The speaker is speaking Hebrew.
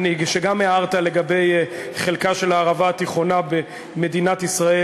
שגם הערת לגבי חלקה של הערבה התיכונה במדינת ישראל.